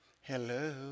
hello